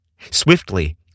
Swiftly